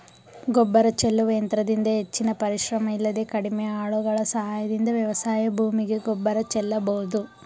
ಗೊಬ್ಬರ ಚೆಲ್ಲುವ ಯಂತ್ರದಿಂದ ಹೆಚ್ಚಿನ ಪರಿಶ್ರಮ ಇಲ್ಲದೆ ಕಡಿಮೆ ಆಳುಗಳ ಸಹಾಯದಿಂದ ವ್ಯವಸಾಯ ಭೂಮಿಗೆ ಗೊಬ್ಬರ ಚೆಲ್ಲಬೋದು